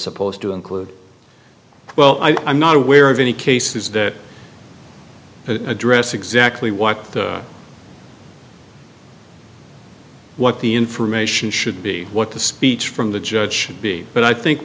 supposed to include well i'm not aware of any cases that address exactly what what the information should be what the speech from the judge should be but i think